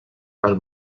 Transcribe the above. per